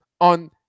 on